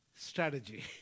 Strategy